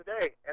today